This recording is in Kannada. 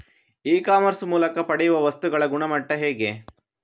ಇ ಕಾಮರ್ಸ್ ಮೂಲಕ ಪಡೆಯುವ ವಸ್ತುಗಳ ಗುಣಮಟ್ಟ ಹೇಗೆ?